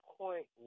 point